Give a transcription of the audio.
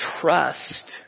Trust